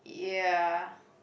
ya